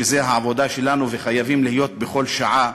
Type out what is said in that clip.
שזו העבודה שלנו וחייבים להיות בכל שעה,